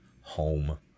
home